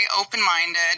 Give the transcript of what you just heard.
open-minded